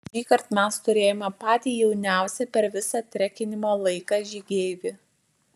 šįkart mes turėjome patį jauniausią per visą trekinimo laiką žygeivį